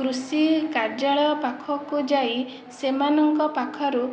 କୃଷି କାର୍ଯ୍ୟାଳୟ ପାଖକୁ ଯାଇ ସେମାନଙ୍କ ପାଖରୁ